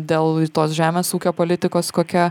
dėl tos žemės ūkio politikos kokia